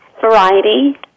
variety